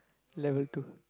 level two